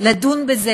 לדון בזה